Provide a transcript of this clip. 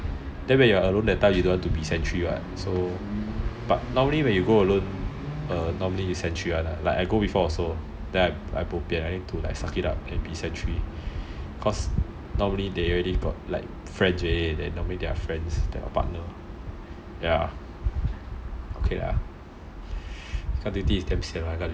then when you're alone that time you don't want to be sentry [what] but normally when you go alone normally you sentry [one] lah so I bo pian I need to suck it up and be sentry cause normally they already got friends they are partnered guard duty is damn sian [one] lah